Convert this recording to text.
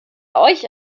euch